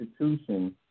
institution